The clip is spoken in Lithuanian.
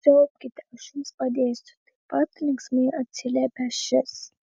siaubkite aš jums padėsiu taip pat linksmai atsiliepė šis